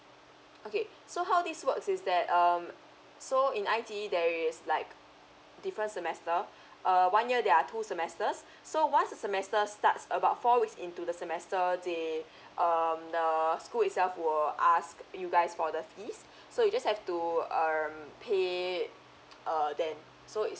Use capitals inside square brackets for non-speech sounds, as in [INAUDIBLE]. okay so how this works is that um so in I_T_E there is like different semester err one year there are two semesters so once the semester starts about four weeks into the semester they um the school itself will ask you guys for the fees so you just have to err mm pay [NOISE] err then so it's